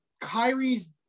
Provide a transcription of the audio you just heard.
Kyrie's